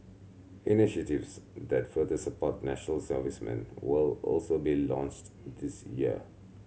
initiatives that further support national servicemen will also be launched this year